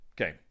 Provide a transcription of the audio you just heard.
Okay